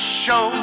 show